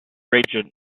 region